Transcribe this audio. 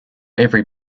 every